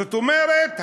זאת אומרת,